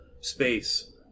space